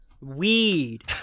weed